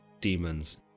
demons